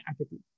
attitude